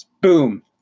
Boom